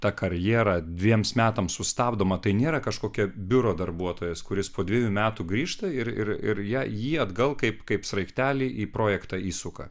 ta karjera dviems metams sustabdoma tai nėra kažkokia biuro darbuotojas kuris po dviejų metų grįžta ir ir ją jį atgal kaip kaip sraigtelį į projektą įsuka